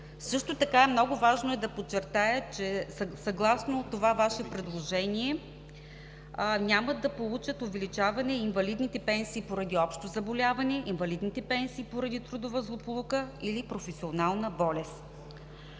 Също така много важно е да подчертая, че съгласно това Ваше предложение няма да получат увеличаване инвалидните пенсии поради общо заболяване, инвалидните пенсии поради трудова злополука или професионална болест.